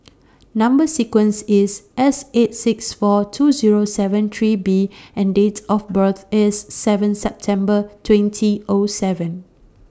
Number sequence IS S eight six four two Zero seven three B and Date of birth IS seven September twenty O seven